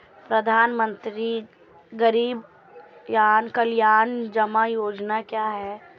प्रधानमंत्री गरीब कल्याण जमा योजना क्या है?